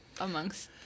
amongst